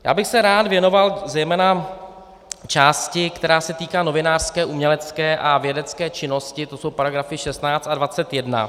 Já bych se rád věnoval zejména části, která se týká novinářské, umělecké a vědecké činnosti, to jsou paragrafy 16 a 21.